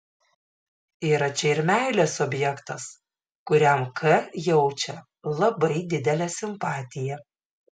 yra čia ir meilės objektas kuriam k jaučia labai didelę simpatiją